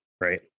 right